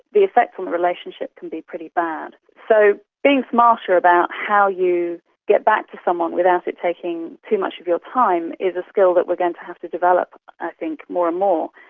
the effect on the relationship can be pretty bad. so being smarter about how you get back to someone without it taking too much of your time is a skill that we are going to have to develop i think more and more.